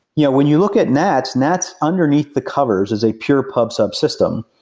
yeah when you look at nats, nats underneath the covers is a pure pub sub system.